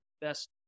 best